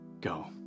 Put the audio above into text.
go